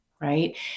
Right